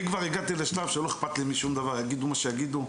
אני כבר הגעתי לשלב שלא אכפת לי משום דבר יגידו מה שיגידו,